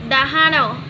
ଡାହାଣ